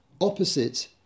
opposite